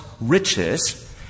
riches